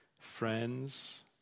friends